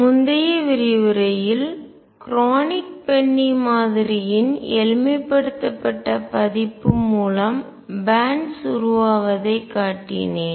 முந்தைய விரிவுரையில் Kronig Penney மாதிரியின் எளிமைப்படுத்தப்பட்ட பதிப்பு மூலம் பேன்ட்ஸ் பட்டைகள் உருவாவதை காட்டினேன்